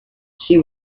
she